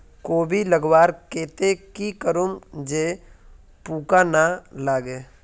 कोबी लगवार केते की करूम जे पूका ना लागे?